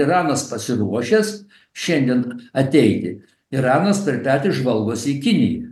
iranas pasiruošęs šiandien ateiti iranas per petį žvalgosi į kiniją